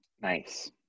Nice